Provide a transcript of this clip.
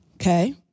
Okay